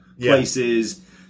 places